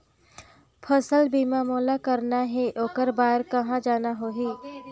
फसल बीमा मोला करना हे ओकर बार कहा जाना होही?